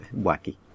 wacky